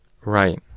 Right